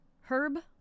Herb